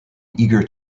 eager